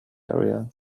arena